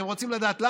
אתם רוצים לדעת למה?